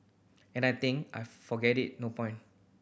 and I think I forget it no point